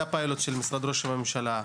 היה פיילוט של משרד ראש הממשלה,